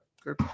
good